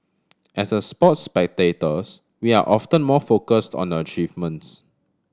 as a sports spectators we are often more focused on achievements